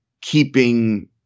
keeping